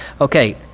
okay